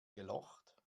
gelocht